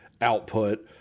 output